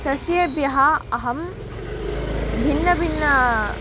सस्येभ्यः अहं भिन्न भिन्न